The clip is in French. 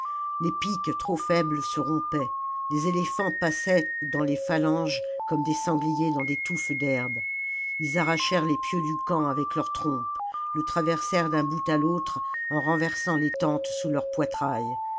les piques trop faibles se rompaient les éléphants passaient dans les phalanges comme des sangliers dans des touffes d'herbes ils arrachèrent les pieux du camp avec leurs trompes le traversèrent d'un bout à l'autre en renversant les tentes sous leurs poitrails